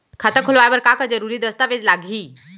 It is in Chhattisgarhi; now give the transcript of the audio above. खाता खोलवाय बर का का जरूरी दस्तावेज लागही?